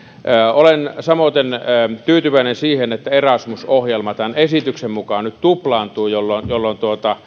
olen samoiten tyytyväinen siihen että erasmus ohjelma tämän esityksen mukaan nyt tuplaantuu jolloin jolloin